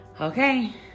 okay